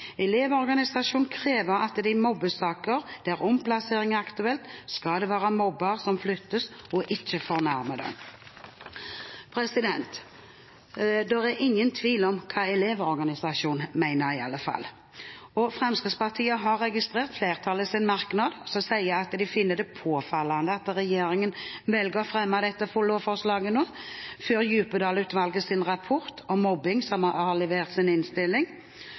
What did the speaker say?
Elevorganisasjonen i Norge viser i sitt høringssvar til sitt landsstyremøte, der følgende krav ble vedtatt: «Elevorganisasjonen krever at det i mobbesaker der omplassering er aktuelt skal det være mobber som flyttes og ikke fornærmede.» Det er i alle fall ingen tvil om hva Elevorganisasjonen mener. Fremskrittspartiet har registrert flertallets merknad som sier at de finner det påfallende at regjeringen velger å fremme dette lovforslaget nå, før Djupedal-utvalget har levert sin innstilling om mobbing.